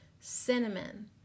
cinnamon